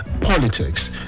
politics